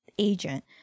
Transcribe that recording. agent